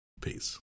Peace